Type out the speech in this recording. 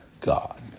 God